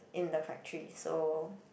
in the factory so